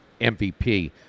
MVP